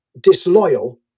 disloyal